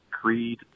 Creed